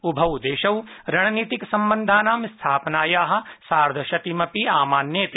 उभौ देशौ रणनीतिक सम्बन्धानां स्थापनायाः सार्थशतीमपि आमन्येते